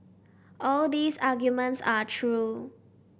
all these arguments are true